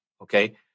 Okay